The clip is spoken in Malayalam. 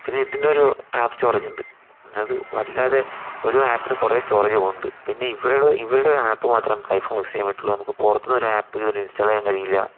പിന്നെ ഇതിൻ്റെ ഒരു ആപ്പ് സ്റ്റോറേജ് ഉണ്ട് അത് വല്ലാതെ ഒരു ആപ്പിന് കുറേ സ്റ്റോറേജ് പോകുണുണ്ട് പിന്നെ ഇവൾ ഇവരുടെ ഒരു ആപ്പ് മാത്രം നമുക്ക് ഐഫോൺ യൂസ് ചെയ്യാൻ പറ്റുള്ളു നമുക്ക് പുറത്തു നിന്ന് ഒരു ആപ്പ് ഇതിൽ ഇൻസ്റ്റാൾ ചെയ്യാൻ കഴിയില്ല